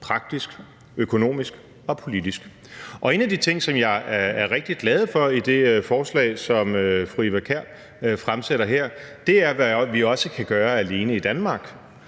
praktisk, økonomisk og politisk. En af de ting, som jeg er rigtig glad for i det forslag, som fru Eva Kjer Hansen m.fl. har fremsat her, er det med, hvad vi også kan gøre alene i Danmark.